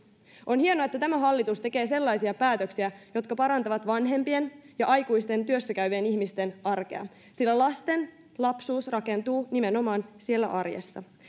on hienoa että tämä hallitus tekee sellaisia päätöksiä jotka parantavat vanhempien ja aikuisten työssäkäyvien ihmisten arkea sillä lasten lapsuus rakentuu nimenomaan siellä arjessa